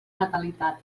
natalitat